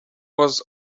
was